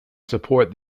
support